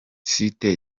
site